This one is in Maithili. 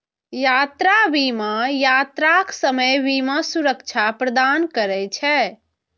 यात्रा बीमा यात्राक समय बीमा सुरक्षा प्रदान करै छै